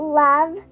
love